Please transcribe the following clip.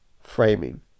framing